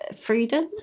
freedom